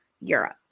Europe